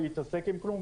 נתקעה בטעות חברה אל"ף,